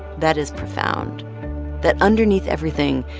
that is profound that underneath everything,